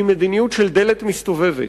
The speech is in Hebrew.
היא מדיניות של דלת מסתובבת.